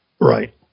Right